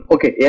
Okay